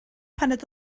paned